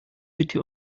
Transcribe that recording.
bitte